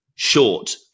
short